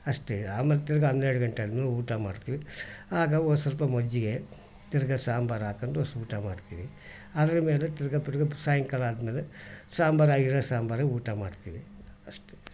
ಅಷ್ಟೇ ಆಮೇಲೆ ತಿರುಗಾ ಹನ್ನೆರಡು ಗಂಟೆ ಆದ್ಮೇಲೆ ಊಟ ಮಾಡ್ತೀವಿ ಆಗ ಸ್ವಲ್ಪ ಮಜ್ಜಿಗೆ ತಿರುಗಾ ಸಾಂಬಾರು ಹಾಕ್ಕೊಂಡು ಊಟ ಮಾಡ್ತೀವಿ ಅದರ ಮೇಲೆ ತಿರುಗಾ ಬಿಡು ಹೊತ್ತು ಸಾಯಂಕಾಲ ಆದ್ಮೇಲೆ ಸಾಂಬಾರಾಗಿರೋ ಸಾಂಬಾರೇ ಊಟ ಮಾಡ್ತೀವಿ ಅಷ್ಟೇ